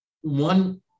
One